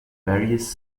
various